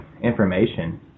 information